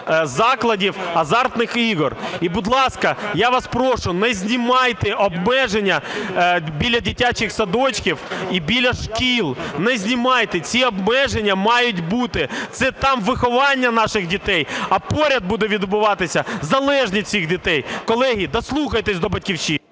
закладів азартних ігор. І, будь ласка, я вас прошу не знімайте обмеження біля дитячих садочків і біля шкіл, не знімайте, ці обмеження мають бути, це там виховання наших дітей, а поряд буде відбуватися залежність цих дітей. Колеги, дослухайтесь до "Батьківщини".